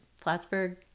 Plattsburgh